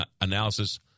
analysis